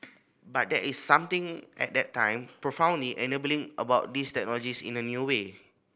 but there is something at that time profoundly enabling about these technologies in a new way